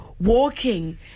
Walking